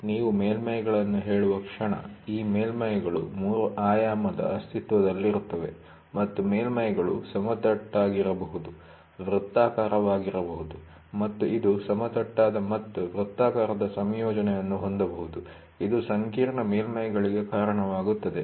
ನೀವು ಮೇಲ್ಮೈ'ಗಳನ್ನು ಹೇಳುವ ಕ್ಷಣ ಈ ಮೇಲ್ಮೈ'ಗಳು 3 ಆಯಾಮದ ಅಸ್ತಿತ್ವದಲ್ಲಿರುತ್ತವೆ ಮತ್ತು ಮೇಲ್ಮೈ'ಗಳು ಸಮತಟ್ಟಾಗಿರಬಹುದು ವೃತ್ತಾಕಾರವಾಗಿರಬಹುದು ಮತ್ತು ಇದು ಸಮತಟ್ಟಾದ ಮತ್ತು ವೃತ್ತಾಕಾರದ ಸಂಯೋಜನೆಯನ್ನು ಹೊಂದಬಹುದು ಇದು ಸಂಕೀರ್ಣ ಮೇಲ್ಮೈ'ಗಳಿಗೆ ಕಾರಣವಾಗುತ್ತದೆ